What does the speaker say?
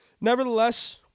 nevertheless